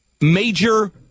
major